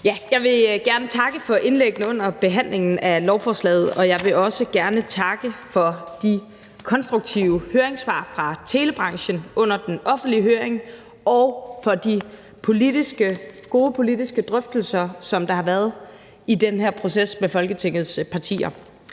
Jeg vil gerne takke for indlæggene under behandlingen af lovforslaget, og jeg vil også gerne takke for de konstruktive høringssvar fra telebranchen under den offentlige høring og for de gode politiske drøftelser, som der har været i den her proces, med Folketingets partier.